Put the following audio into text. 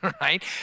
right